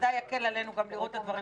בוודאי יקל עלינו גם לראות את הדברים